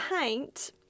paint